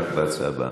רק בהצעה הבאה.